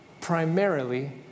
primarily